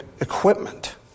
equipment